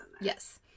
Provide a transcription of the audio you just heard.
Yes